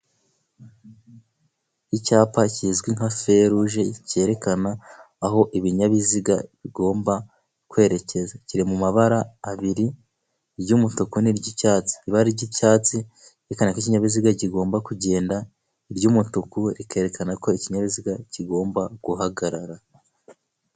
Icyapa kizwi nka Feruje cyerekana aho ibinyabiziga bigomba kwerekeza kiri mu mabara abiri, iry'umutuku n'iry'icyatsi. Ibara ry'icyatsi, ryerekana ko ikinyabiziga Kigoma kugenda, iry'umutuku rikerekana ko ikinyabiziga kigomba guhagarara.